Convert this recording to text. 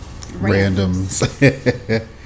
randoms